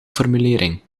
formulering